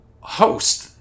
host